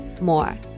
more